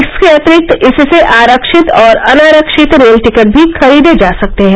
इसके अतिरिक्त इससे आरक्षित और अनारक्षित रेल टिकट भी खरीदे जा सकते हैं